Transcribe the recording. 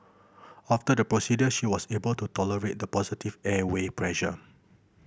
after the procedure she was able to tolerate the positive airway pressure